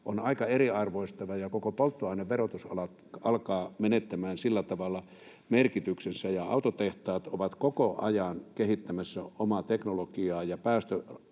on aika eriarvoistava. Koko polttoaineverotus alkaa menettämään sillä tavalla merkityksensä. Autotehtaat ovat koko ajan kehittämässä omaa teknologiaa, ja